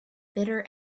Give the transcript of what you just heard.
bitter